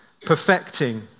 Perfecting